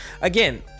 again